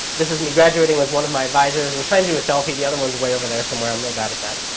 this is me graduating with one of my advisors. i was trying to do a selfie. the other one's way over there somewhere. i'm really bad at that.